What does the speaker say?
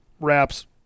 wraps